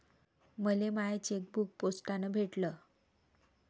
मले माय चेकबुक पोस्टानं भेटल